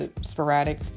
sporadic